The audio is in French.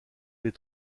les